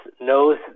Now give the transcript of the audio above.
knows